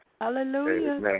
Hallelujah